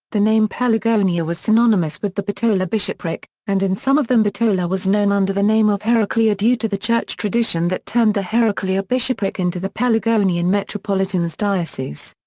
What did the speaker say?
the name pelagonia was synonymous with the bitola bishopric, and in some of them bitola was known under the name of heraclea ah due to the church tradition that turned the heraclea ah bishopric into the pelagonian metropolitan's diocese.